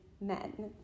men